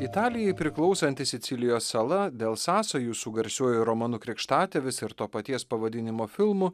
italijai priklausanti sicilijos sala dėl sąsajų su garsiuoju romanu krikštatėvis ir to paties pavadinimo filmu